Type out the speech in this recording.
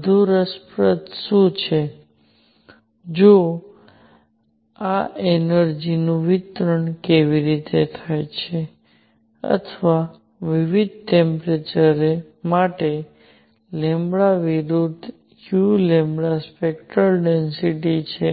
વધુ રસપ્રદ શું છે જો કે આ એનર્જિનું વિતરણ કેવી રીતે થાય છે અથવા વિવિધ ટેમ્પરેચર માટે વિરુદ્ધ u સ્પેક્ટરલ ડેન્સિટિ છે